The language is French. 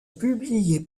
publié